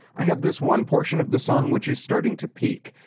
i have this one portion of the song which is starting to peak.